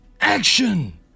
action